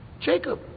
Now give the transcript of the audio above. Jacob